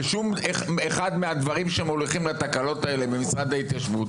ושאף אחד מהדברים שמוליכים לתקלות האלה לא נמצא במשרד ההתיישבות